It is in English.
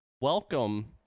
welcome